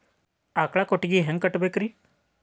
ಆಕಳ ಕೊಟ್ಟಿಗಿ ಹ್ಯಾಂಗ್ ಕಟ್ಟಬೇಕ್ರಿ?